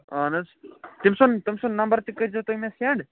اَہَن حظ تٔمۍ سُنٛد تٔمۍ سُنٛد نمبر تہِ کٔرۍزیٚو تُہۍ مےٚ سیٚنٛڈ